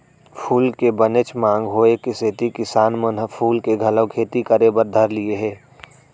फूल के बनेच मांग होय के सेती किसान मन ह फूल के घलौ खेती करे बर धर लिये हें